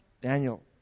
Daniel